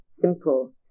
simple